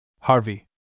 Harvey